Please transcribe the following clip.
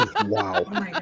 Wow